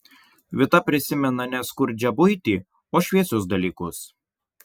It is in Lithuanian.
vita prisimena ne skurdžią buitį o šviesius dalykus